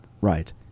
right